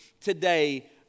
today